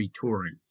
Touring